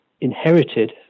inherited